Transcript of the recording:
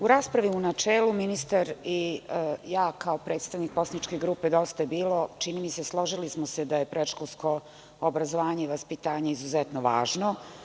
U raspravi u načelu ministar i ja kao predstavnik poslaničke grupe DJB čini mi se da smo se složili da je predškolsko obrazovanje i vaspitanje veoma važno.